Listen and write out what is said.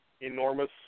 enormous